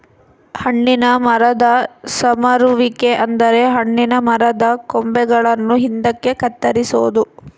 ಹಣ್ಣಿನ ಮರದ ಸಮರುವಿಕೆ ಅಂದರೆ ಹಣ್ಣಿನ ಮರದ ಕೊಂಬೆಗಳನ್ನು ಹಿಂದಕ್ಕೆ ಕತ್ತರಿಸೊದು